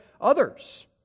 others